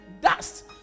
dust